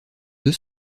deux